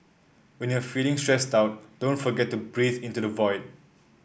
when you are feeling stressed out don't forget to breathe into the void